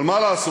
אבל מה לעשות,